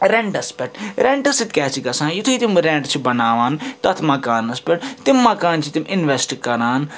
رٮ۪نٹَس پٮ۪ٹھ رٮ۪نٛٹہٕ سۭتۍ کیٛاہ چھِ گژھان یُتھٕے تِم رٮ۪نٛٹ چھِ بناوان تَتھ مکانَس پٮ۪ٹھ تِم مکانہٕ چھِ تِم اِنوٮ۪سٹ کران